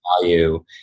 value